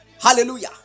Hallelujah